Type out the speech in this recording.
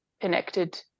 connected